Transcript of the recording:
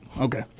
okay